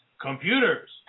computers